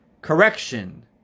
Correction